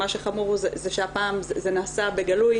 מה שחמור הוא זה שהפעם זה נעשה בגלוי,